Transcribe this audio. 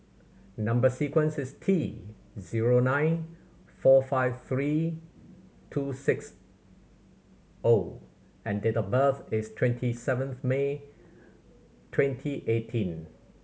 number sequence is T zero nine four five three two six O and date of birth is twenty seventh May twenty eighteen